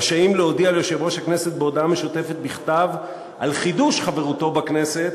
רשאים להודיע ליושב-ראש הכנסת בהודעה משותפת בכתב על חידוש חברותו בכנסת